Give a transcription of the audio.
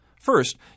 First